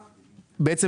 בעצם,